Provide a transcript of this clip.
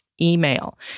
email